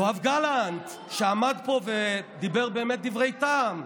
יולי, יובל, אתם באמת מתיימרים.